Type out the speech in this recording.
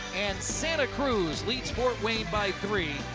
and santa cruz leads fort wayne by three.